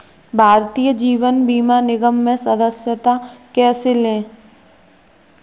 भारतीय जीवन बीमा निगम में सदस्यता कैसे लें?